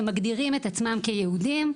ומגדירים את עצמם כיהודים.